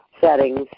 settings